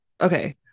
okay